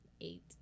eight